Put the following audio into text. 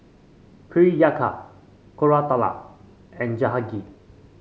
Priyanka Koratala and Jahangir